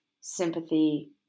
sympathy